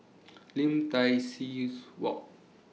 Lim Tai See Walk